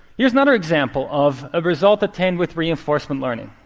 here's another example of a result attained with reinforcement learning.